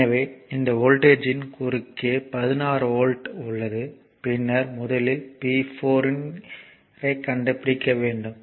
எனவே இந்த வோல்டேஜ் ன் குறுக்கே 16 வோல்ட் உள்ளது பின்னர் முதலில் P 4 ஐ கண்டுபிடிக்க வேண்டும்